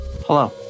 Hello